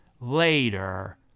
later